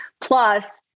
Plus